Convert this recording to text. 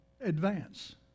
advance